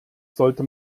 sollte